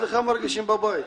אצלך מרגישים בבית.